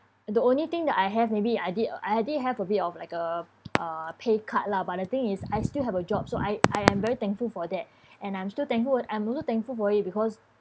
the only thing that I have maybe I did I did have a bit of like a uh pay cut lah but the thing is I still have a job so I I am very thankful for that and I'm still thankful I'm also thankful for it because